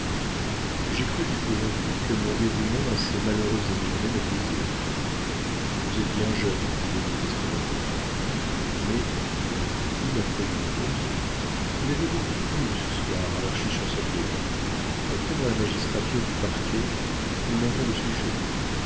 j'ai cru jusqu'aujourd'hui que mon dévouement à ces malheureux émigrés me nuisait vous êtes bien jeune dit le ministre d'un ton grave mais reprit-il après une pause vous avez beaucoup plu ce soir à larchi chancelier entrez dans la magistrature du parquet nous manquons de sujets